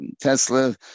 Tesla